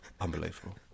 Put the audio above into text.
Unbelievable